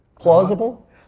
Plausible